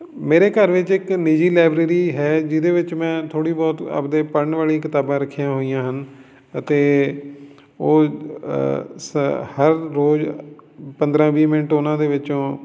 ਮੇਰੇ ਘਰ ਵਿੱਚ ਇੱਕ ਨਿੱਜੀ ਲਾਇਬ੍ਰੇਰੀ ਹੈ ਜਿਹਦੇ ਵਿੱਚ ਮੈਂ ਥੋੜ੍ਹੀ ਬਹੁਤ ਆਪਦੇ ਪੜ੍ਹਨ ਵਾਲੀ ਕਿਤਾਬਾਂ ਰੱਖੀਆਂ ਹੋਈਆਂ ਹਨ ਅਤੇ ਉਹ ਅ ਸ ਹਰ ਰੋਜ਼ ਪੰਦਰਾਂ ਵੀਹ ਮਿੰਟ ਉਹਨਾਂ ਦੇ ਵਿੱਚੋਂ